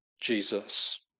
Jesus